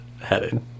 headed